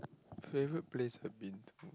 favourite place I've been to